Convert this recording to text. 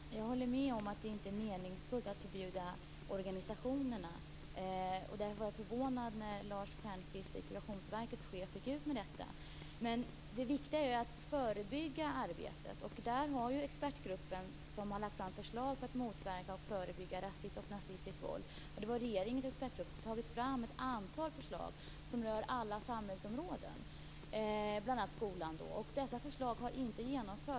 Fru talman! Jag håller med om att det inte är meningsfullt att förbjuda organisationerna. Därför blev jag förvånad när Lars Stjernkvist - Integrationsverkets chef - gick ut med detta. Det viktiga är att förebygga arbetet. Expertgruppen har lagt fram förslag för att motverka och förebygga rasistiskt och nazistiskt våld. Det var regeringens expertgrupp. Man har tagit fram ett antal förslag som rör alla samhällsområden, bl.a. skolan. Dessa förslag har inte genomförts.